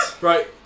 Right